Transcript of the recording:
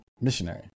Missionary